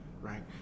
right